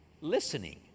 listening